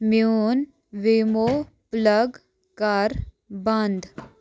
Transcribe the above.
میون ویمو پٕلَگ کر بنٛد